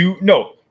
No